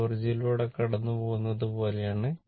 അത് ഒറിജിനിലൂടെ കടന്നുപോകുന്നത് പോലെയാണ്